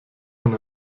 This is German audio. dann